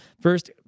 First